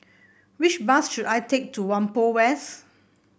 which bus should I take to Whampoa West